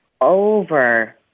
over